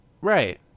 Right